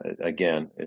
again